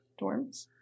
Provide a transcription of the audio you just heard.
dorms